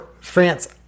France